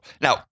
Now